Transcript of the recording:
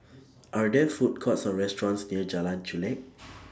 Are There Food Courts Or restaurants near Jalan Chulek